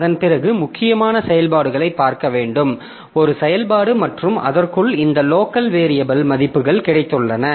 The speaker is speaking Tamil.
அதன்பிறகு முக்கியமாக செயல்பாடுகளைப் பார்க்க வேண்டும் ஒரு செயல்பாடு மற்றும் அதற்குள் இந்த லோக்கல் வேரியபில் மதிப்புகள் கிடைத்துள்ளன